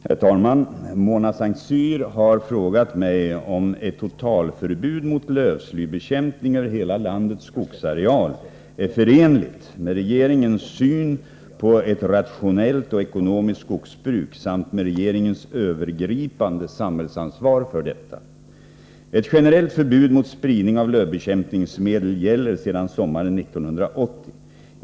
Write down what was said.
Herr talman! Mona Saint Cyr har frågat mig om ett totalförbud mot lövslybekämpning över hela landets skogsareal är förenligt med regeringens syn på ett rationellt och ekonomiskt skogsbruk samt med regeringens övergripande ansvar för detta. Ett generellt förbud mot spridning av lövbekämpningsmedel gäller sedan sommaren 1980.